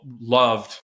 loved